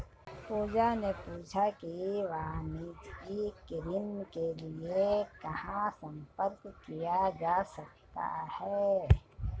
पूजा ने पूछा कि वाणिज्यिक ऋण के लिए कहाँ संपर्क किया जा सकता है?